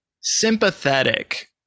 sympathetic